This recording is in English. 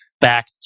back